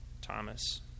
Thomas